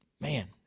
man